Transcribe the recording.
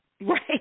Right